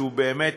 שהוא באמת,